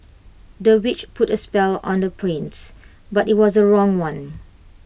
the witch put A spell on the prince but IT was the wrong one